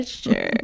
Sure